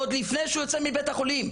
עוד לפני שהוא יוצא מבית החולים,